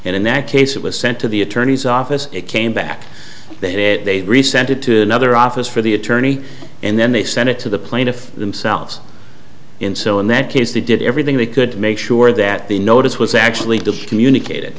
and in that case it was sent to the attorneys office it came back they re sent it to another office for the attorney and then they sent it to the plaintiff themselves in so in that case they did everything they could to make sure that the notice was actually communicate